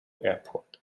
airport